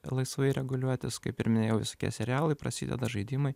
ir laisvai reguliuotis kaip ir minėjau visokie serialai prasideda žaidimai